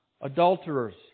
Adulterers